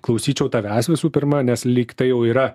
klausyčiau tavęs visų pirma nes lyg tai jau yra